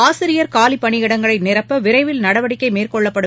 ஆசிரியர் காலிப் பணியிடங்களை நிரப்ப விரைவில் நடவடிக்கை மேற்கொள்ளப்படும்